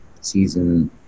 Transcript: season